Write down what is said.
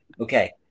Okay